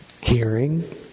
hearing